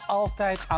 altijd